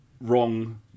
wrong